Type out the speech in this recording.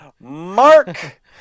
Mark